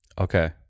Okay